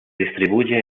distribuye